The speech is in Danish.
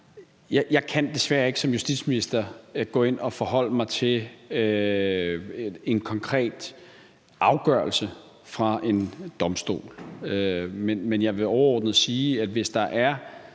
desværre ikke kan gå ind og forholde mig til en konkret afgørelse fra en domstol, men jeg vil overordnet sige, at hvis der er,